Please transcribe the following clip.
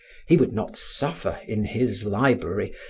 he would not suffer, in his library,